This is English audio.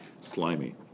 slimy